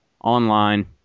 Online